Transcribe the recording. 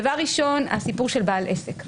דבר ראשון, הסיפור של בעל עסק.